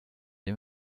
die